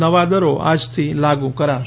નવા દરો આજથી લાગુ કરાશે